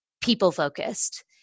people-focused